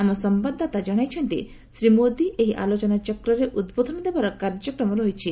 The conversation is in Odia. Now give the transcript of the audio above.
ଆମ ସମ୍ବାଦଦାତା ଜଣାଇଛନ୍ତି ଶ୍ରୀ ମୋଦି ଏହି ଆଲୋଚନାଚକ୍ରରେ ଉଦ୍ବୋଧନ ଦେବାର କାର୍ଯ୍ୟକ୍ରମ ରହିଛି